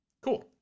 Cool